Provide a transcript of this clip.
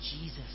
Jesus